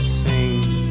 sing